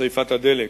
שרפת הדלק.